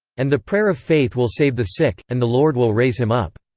and the prayer of faith will save the sick, and the lord will raise him up.